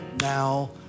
now